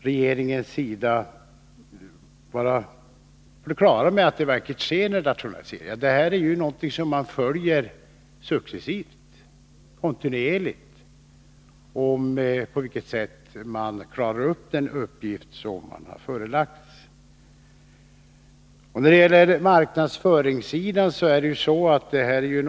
Regeringen följer successivt och kontinuerligt vad SJ gör för att klara den uppgift som företaget har förelagts.